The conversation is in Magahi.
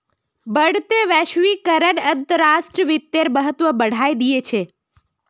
बढ़ते वैश्वीकरण अंतर्राष्ट्रीय वित्तेर महत्व बढ़ाय दिया छे